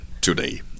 today